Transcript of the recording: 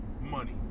money